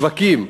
השווקים,